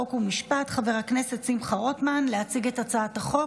חוק ומשפט חבר הכנסת שמחה רוטמן להציג את הצעת החוק,